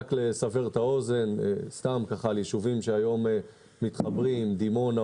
רק לסבר את האוזן לגבי ישובים שהיום מתחברים: דימונה,